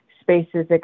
spaces